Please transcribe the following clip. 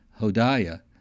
Hodiah